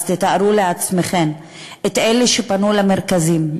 אז תתארו לעצמכם את אלה שפנו למרכזים,